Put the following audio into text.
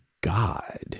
god